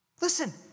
Listen